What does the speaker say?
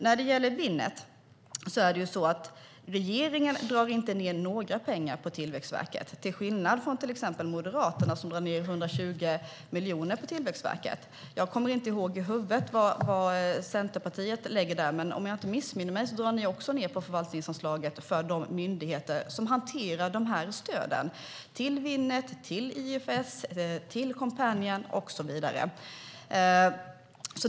När det gäller Winnet är det så att regeringen inte gör någon neddragning på Tillväxtverket, till skillnad från till exempel Moderaterna, som gör en neddragning med 120 miljoner på Tillväxtverket. Jag kommer inte ihåg vad Centerpartiet lägger där. Men om jag inte missminner mig drar ni också ned förvaltningsanslaget för de myndigheter som hanterar de här stöden - till Winnet, till IFS, till Coompanion och så vidare.